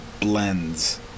blends